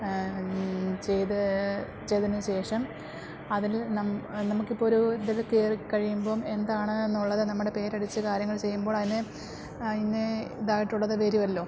ചെയ്ത് ചെയ്തതിനുശേഷം അതില് നമ് നമുക്കിപ്പോള് ഒരു ഇതില് കയറിക്കഴിയുമ്പോള് എന്താണെന്നുള്ളത് നമ്മടെ പേരടിച്ച് കാര്യങ്ങൾ ചെയ്യുമ്പോളതിന് അതിന് ഇതായിട്ടുള്ളത് വരുമല്ലോ